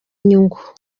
inyungu